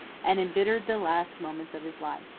and imbittered the last moments of his life.